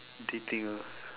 dating ah